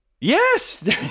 Yes